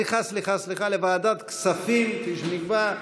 התש"ף 2019, לוועדה הזמנית לענייני כספים נתקבלה.